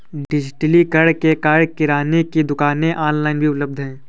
डिजिटलीकरण के कारण किराने की दुकानें ऑनलाइन भी उपलब्ध है